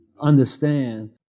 understand